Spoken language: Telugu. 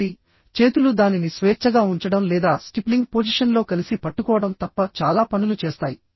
కాబట్టి చేతులు దానిని స్వేచ్ఛగా ఉంచడం లేదా స్టిప్లింగ్ పొజిషన్లో కలిసి పట్టుకోవడం తప్ప చాలా పనులు చేస్తాయి